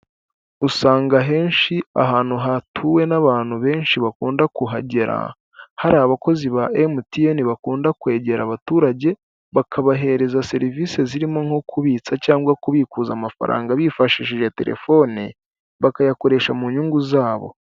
Usanga henshi ahantu hatuwe n'abantu benshi bakunda kuhagera, hari abakozi ba MTN bakunda kwegera abaturage bakabahereza serivisi zirimo nko kubitsa cyangwa kubikuza amafaranga bifashishije telefone, bakayakoresha mu nyungu zabo.